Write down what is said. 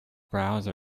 browser